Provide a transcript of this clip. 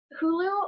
Hulu